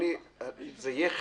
אספר לכם.